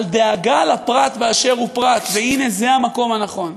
על דאגה לפרט באשר הוא פרט, והנה, זה המקום הנכון.